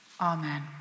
Amen